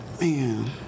man